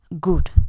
good